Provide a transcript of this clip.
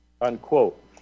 unquote